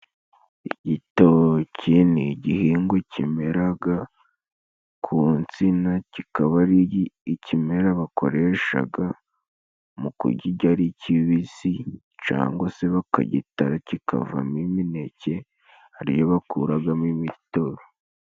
Igitoki ni igihingwa kimeraga ku nsina， kikaba ari ikimera bakoreshaga mu kukirya ari kibisi，cangwa se bakagitara kikavamo imineke， ariyo bakuragamo imitobe.